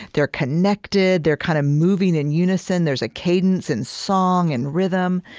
they're connected. they're kind of moving in unison. there's a cadence in song and rhythm.